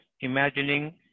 imagining